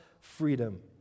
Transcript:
freedom